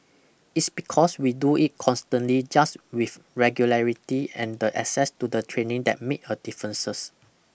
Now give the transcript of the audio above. its because we do it constantly just with regularity and the access to the training that make a differences